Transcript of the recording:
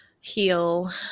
heal